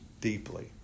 deeply